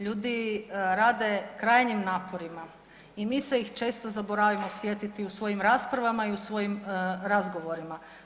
Ljudi rade krajnjim naporima i mi se ih često zaboravimo sjetiti u svojim raspravama i u svojim razgovorima.